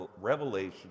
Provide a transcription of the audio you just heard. revelation